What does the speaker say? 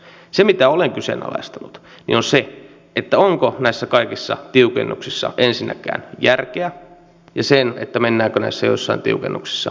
se mitä olen kyseenalaistanut on se onko näissä kaikissa tiukennuksissa ensinnäkään järkeä ja se mennäänkö näissä jossain tiukennuksissa liian pitkälle